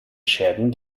schäden